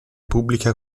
pubblica